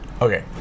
Okay